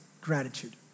gratitude